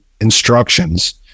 instructions